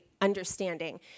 understanding